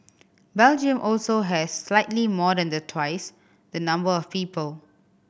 Belgium also has slightly more than the twice the number of people